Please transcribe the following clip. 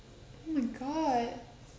oh my god